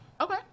Okay